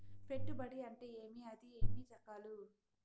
పెట్టుబడి అంటే ఏమి అది ఎన్ని రకాలు